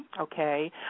Okay